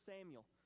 Samuel